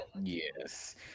Yes